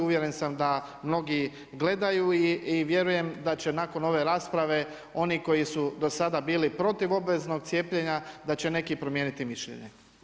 Uvjeren sam da mnogi gledaju i vjerujem, da će nakon ove rasprave, oni koji su do sada bili protiv obveznog cijepljenja, da će neki promijeniti mišljenje.